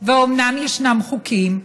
ואומנם יש חוקים,